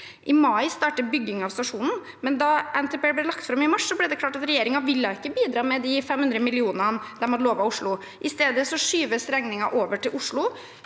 I mai starter bygging av stasjonen, men da NTP ble lagt fram i mars, ble det klart at regjeringen ikke ville bidra med de 500 millionene de hadde lovet Oslo. I stedet skyves regningen over til Oslo.